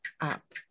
up